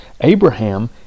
Abraham